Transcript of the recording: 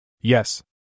Yes